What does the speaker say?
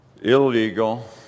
Illegal